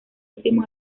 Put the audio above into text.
último